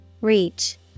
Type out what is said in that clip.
Reach